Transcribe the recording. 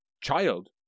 child